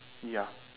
ya